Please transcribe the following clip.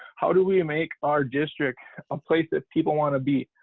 how do we make our district a place that people want to be?